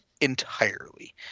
entirely